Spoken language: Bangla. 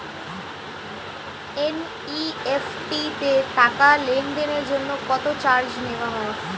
এন.ই.এফ.টি তে টাকা লেনদেনের জন্য কত চার্জ নেয়া হয়?